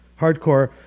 hardcore